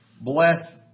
bless